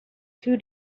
two